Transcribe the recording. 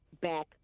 back